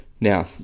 now